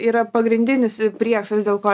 yra pagrindinis priešas dėl ko